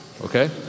Okay